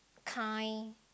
kind